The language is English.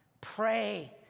Pray